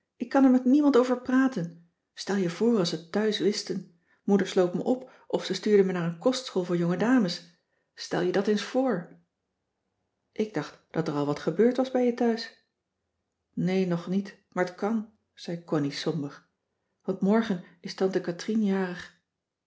ik kan er met niemand over praten stel je voor als ze t thuis wisten moeder sloot me op of ze stuurde me naar een kostschool voor jonge dames stel je dat eens voor ik dacht dat er al wat gebeurd was bij je thuis nee nog niet maar t kan zei connie somber want morgen is tante katrien jarig